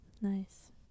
Nice